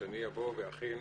שאני אבוא ואכין